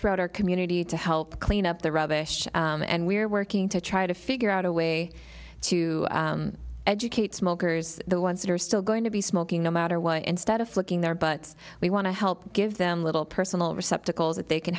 throughout our community to help clean up the rubbish and we're working to try to figure out a way to educate smokers the ones that are still going to be smoking no matter why instead of flicking their butts we want to help give them little personal receptacles that they can